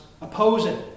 opposing